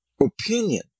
opinion